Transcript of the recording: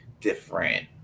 different